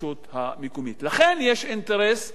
לכן יש אינטרס לרשויות המקומיות,